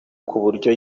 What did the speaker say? kubyo